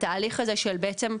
התהליך הזה של בעצם,